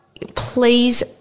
please